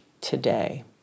today